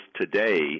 today